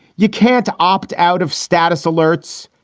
you can't opt out of status alerts.